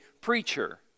preacher